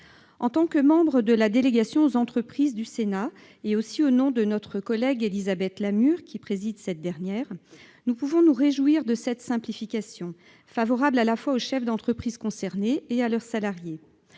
En tant que membre de la délégation aux entreprises du Sénat, et au nom de notre collègue Élisabeth Lamure, qui préside cette dernière, nous pouvons nous réjouir de cette simplification, favorable à la fois aux chefs d'entreprise concernés et à leurs salariés.